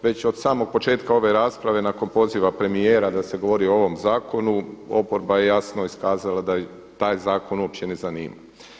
Već od samog početka ove rasprave nakon poziva premijera da se govori o ovom zakonu oporba je jasno iskazala da ju taj zakon uopće ne zanima.